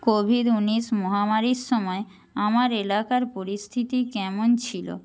Covid উনিশ মহামারীর সময় আমার এলাকার পরিস্থিতি কেমন ছিল